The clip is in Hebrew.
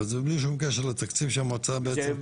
אבל זה בלי שום קשר לתקציב שהמועצה בעצם --- כן,